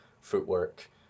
footwork